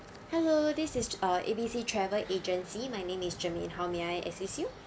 hello this is uh A_B_C travel agency my name is germaine how may I assist you